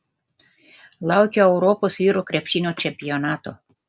laukiu europos vyrų krepšinio čempionato